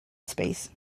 space